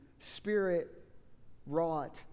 spirit-wrought